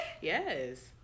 Yes